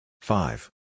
Five